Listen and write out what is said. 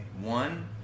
One